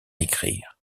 écrire